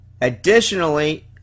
additionally